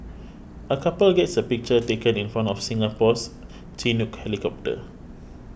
a couple gets a picture taken in front of Singapore's Chinook helicopter